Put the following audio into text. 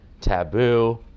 Taboo